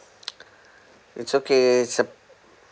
it's okay it's a